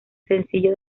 sencillo